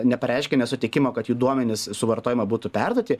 nepareiškė nesutikimo kad jų duomenys suvartojimo būtų perduoti